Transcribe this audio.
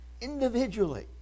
individually